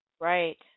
Right